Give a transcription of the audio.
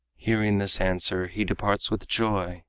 hearing this answer, he departs with joy,